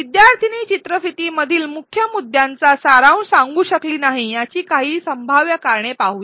विद्यार्थिनी चित्रफितीमधील मुख्य मुद्द्यांचा सारांश सांगू शकली नाही याची काही संभाव्य कारणे पाहूया